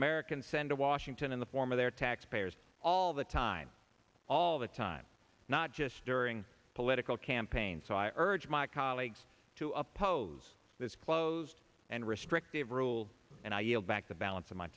americans send to washington in the form of their tax payers all the time all the time not just during political campaigns so i urge my colleagues to oppose this closed and restrictive rule and i yield back the balance of my